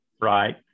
right